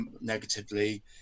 negatively